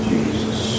Jesus